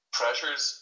pressures